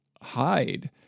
hide